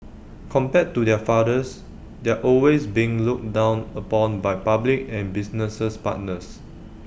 compared to their fathers they're always being looked down upon by public and businesses partners